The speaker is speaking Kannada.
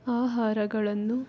ಆಹಾರಗಳನ್ನು